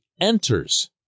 enters